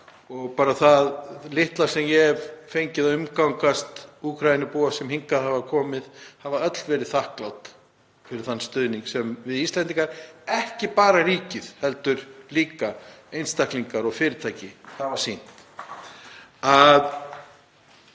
Bara það litla sem ég hef fengið að umgangast Úkraínubúa sem hingað hafa komið — þau hafa öll verið þakklát fyrir þann stuðning sem við Íslendingar, ekki bara ríkið heldur líka einstaklingar og fyrirtæki, höfum sýnt.